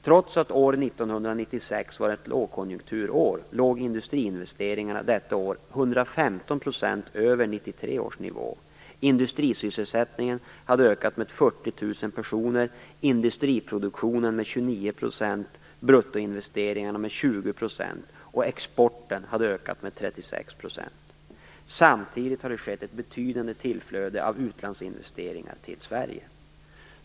Trots att år 1996 var ett lågkonjunkturår låg industriinvesteringarna detta år 115 % över 1993 års nivå, industrisysselsättningen hade ökat med 40 000 Samtidigt har det skett ett betydande tillflöde av utlandsinvesteringar till Sverige.